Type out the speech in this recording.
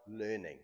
learning